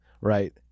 right